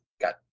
got